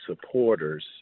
supporters